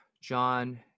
John